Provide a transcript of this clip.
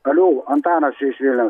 alio antanas čia iš vilniaus